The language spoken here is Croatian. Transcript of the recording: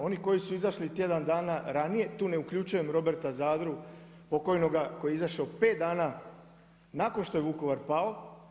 Oni koji su izašli tjedan dana ranije, tu ne uključujem Roberta Zadru, pokojnoga, koji je izašao 5 dana, nakon što je Vukovar pao.